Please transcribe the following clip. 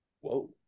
Whoa